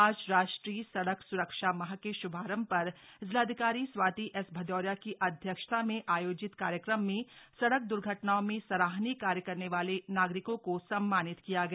आज राष्ट्रीय सड़क स्रक्षा माह के श्भारंभ पर जिलाधिकारी स्वाति एस भदौरिया की अध्यक्षता में आयोजित कार्यक्रम में सड़क द्र्घटनाओं में सराहनीय कार्य करने वाले नागरिकों को सम्मानित किया गया